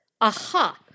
Aha